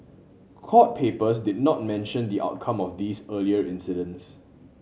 court papers did not mention the outcome of these earlier incidents